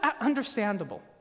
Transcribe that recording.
understandable